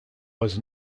was